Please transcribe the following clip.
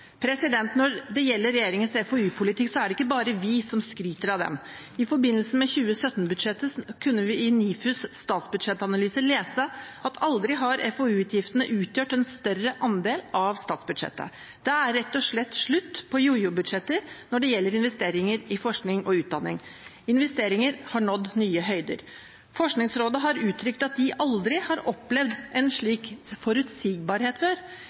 Når det gjelder regjeringens FoU-politikk, er det ikke bare vi som skryter av den. I forbindelse med 2017-budsjettet kunne vi i NIFUs statsbudsjettanalyse lese at aldri har FoU-utgiftene utgjort en større andel av statsbudsjettet. Det er rett og slett slutt på «jojo-budsjetter» når det gjelder investeringer i forskning og utdanning. Investeringene har nådd nye høyder. Forskningsrådet har uttrykt at de aldri har opplevd en slik forutsigbarhet